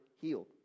healed